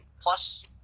plus